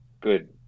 good